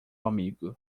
amigo